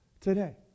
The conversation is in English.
today